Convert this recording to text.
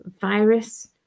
virus